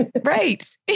Right